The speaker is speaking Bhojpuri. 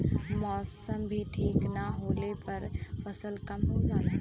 मौसम भी ठीक न होले पर फसल कम हो जाला